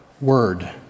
word